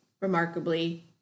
remarkably